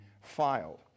filed